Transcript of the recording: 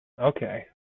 Okay